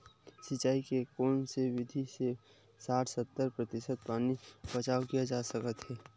सिंचाई के कोन से विधि से साठ सत्तर प्रतिशत पानी बचाव किया जा सकत हे?